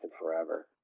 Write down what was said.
forever